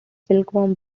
silkworm